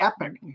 epic